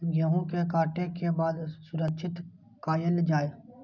गेहूँ के काटे के बाद सुरक्षित कायल जाय?